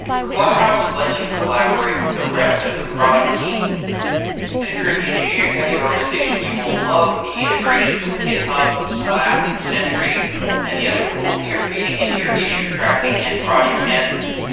clubhouse lets you collaborate with the rest of the product team if you're an engineering-heavy organization, you will love the integrations with github and slack and sentry and the other tools that you're feeding into your issue tracking and project management.